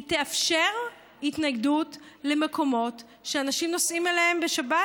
היא תאפשר התניידות למקומות שאנשים נוסעים אליהם בשבת,